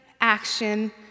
action